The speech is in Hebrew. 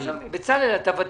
אתה ותיק.